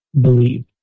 believe